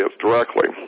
directly